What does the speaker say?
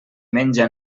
menja